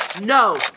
No